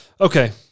Okay